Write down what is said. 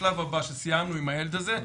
השלב הבא כשסיימנו עם הילד הזה,